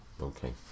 Okay